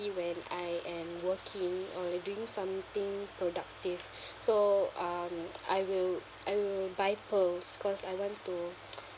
tea when I am working or like doing something productive so um I will I will buy pearls cause I want to